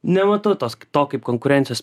nematau tos to kaip konkurencijos